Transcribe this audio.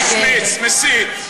אתה משמיץ, מסית.